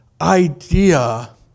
idea